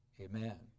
amen